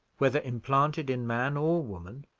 whether implanted in man or woman,